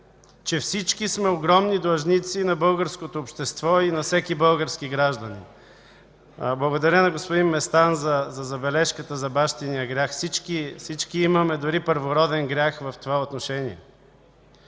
че всички сме огромни длъжници на българското общество, на всеки български гражданин. Благодаря на господин Местан за забележката за бащиния грях. Всички имаме дори първороден грях в това отношение.